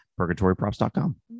PurgatoryProps.com